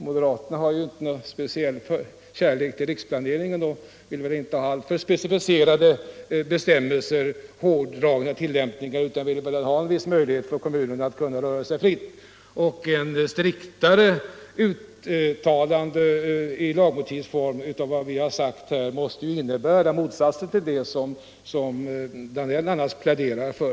Mo deraterna har ju ingen speciell kärlek till riksplaneringen och vill väl inte ha alltför specificerade bestämmelser och hårdragna tillämpningsföreskrifter, utan de vill väl att kommunerna skall ha en viss rörelsefrihet. Ett striktare uttalande i lagmotivsform måste ju innebära motsatsen till det som herr Danell annars pläderar för.